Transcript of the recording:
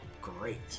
great